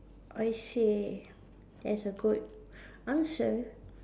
aiseh that's a good answer